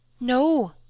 no!